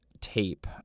tape